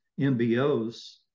MBOs